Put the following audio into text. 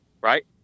Right